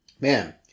Man